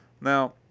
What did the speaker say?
Now